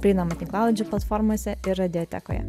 prieinama tinklalaidžių platformose ir radiotekoje